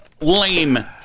Lame